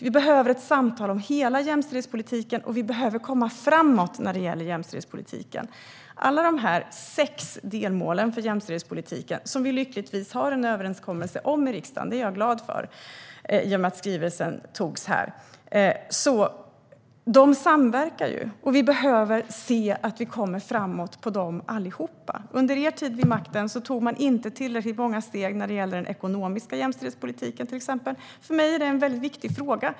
Vi behöver ett samtal om hela jämställdhetspolitiken, och vi behöver komma framåt när det gäller jämställdhetspolitiken. Alla de sex delmålen för jämställdhetspolitiken, vilka vi lyckligtvis har en överenskommelse om i riksdagen i och med att skrivelsen antogs här, vilket jag är glad för, samverkar. Vi behöver se till att vi kommer framåt mot allihop. Under er tid vid makten tog man inte tillräckligt många steg till exempel i den ekonomiska jämställdhetspolitiken. För mig är det en väldigt viktig fråga.